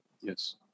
yes